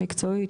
מקצועית,